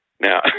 Now